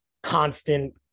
constant